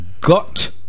got